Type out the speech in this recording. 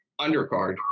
undercard